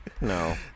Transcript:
no